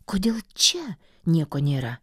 kodėl čia nieko nėra